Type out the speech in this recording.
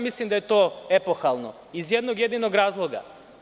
Mislim da je to epohalno iz jednog jedinog razloga.